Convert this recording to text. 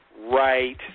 right